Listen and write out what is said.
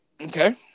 Okay